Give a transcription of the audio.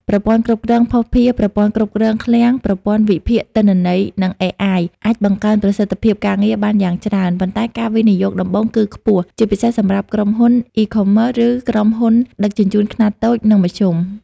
ប្រព័ន្ធគ្រប់គ្រងភស្តុភារ ប្រព័ន្ធគ្រប់គ្រងឃ្លាំង ប្រព័ន្ធវិភាគទិន្នន័យ និង AI អាចបង្កើនប្រសិទ្ធភាពការងារបានយ៉ាងច្រើន ប៉ុន្តែការវិនិយោគដំបូងគឺខ្ពស់ ជាពិសេសសម្រាប់ក្រុមហ៊ុន E-commerce ឬក្រុមហ៊ុនដឹកជញ្ជូនខ្នាតតូច និងមធ្យម។